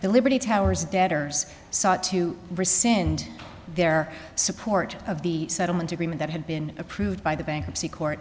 the liberty towers debtor's sought to rescind their support of the settlement agreement that had been approved by the bankruptcy court